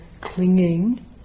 clinging